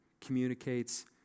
communicates